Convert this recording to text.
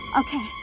okay